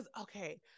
okay